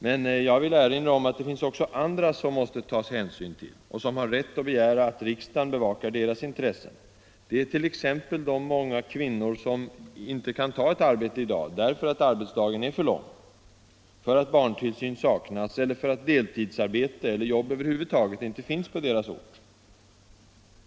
Men jag vill erinra om att det finns också andra som måste tas hänsyn till och som har rätt att begära att riksdagen bevakar deras intressen. Det är t.ex. de många kvinnor som inte kan ta ett arbete i dag därför att arbetsdagen är för lång, för att barntillsyn saknas eller för att deltidsarbete —- eller jobb över huvud taget — inte finns på deras ort.